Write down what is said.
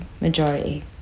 majority